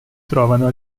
trovano